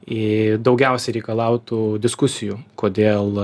iii daugiausiai reikalautų diskusijų kodėl